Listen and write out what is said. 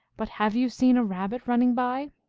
but have you seen a rab? bit running by?